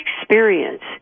experience